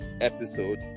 episode